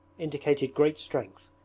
indicated great strength,